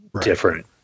different